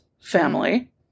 family